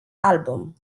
album